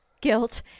guilt